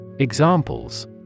Examples